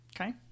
Okay